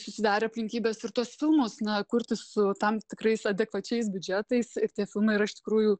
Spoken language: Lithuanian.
susidarė aplinkybės ir tuos filmus na kurti su tam tikrais adekvačiais biudžetais ir tie filmai yra iš tikrųjų